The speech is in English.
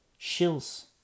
Shills